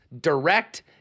direct